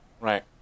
right